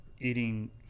eating